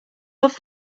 love